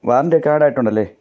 warranty ഒക്കെ ഏഡ് ആയിട്ടുണ്ടല്ലേ